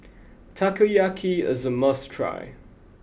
Takoyaki is a must try